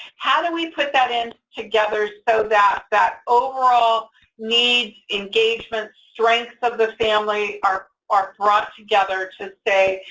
how do we put that and together so that that overall needs, engagements, strengths of the family are are brought together to say,